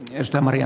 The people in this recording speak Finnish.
heistä marja